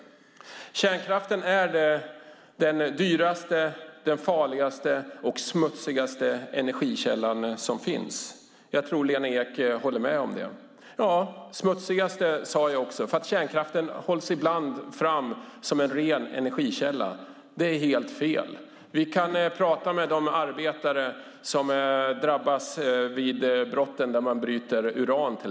Kärnkraften är den dyraste, farligaste och smutsigaste energikälla som finns. Jag tror att Lena Ek håller med om det. Ja, jag sade också smutsigaste, eftersom kärnkraften ibland hålls fram som en ren energikälla. Det är helt fel. Vi kan prata med de arbetare som drabbas vid brotten där man bryter uran.